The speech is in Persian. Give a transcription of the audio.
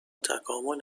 تکامل